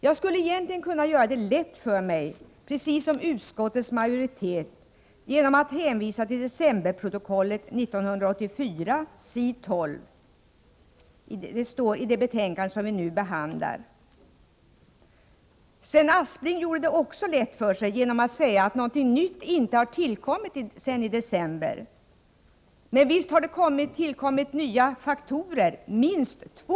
Jag skulle kunna göra det lätt för mig, precis som utskottets majoritet, genom att bara hänvisa till decemberprotokollet 1984, vars nummer finns angivet på s. 12 i det betänkande som vi nu behandlar. Sven Aspling gjorde det också lätt för sig genom att säga att någonting nytt inte har tillkommit sedan i december. Men visst har det tillkommit nya faktorer, minst två.